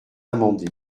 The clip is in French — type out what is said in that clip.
amendé